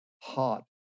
hot